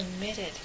committed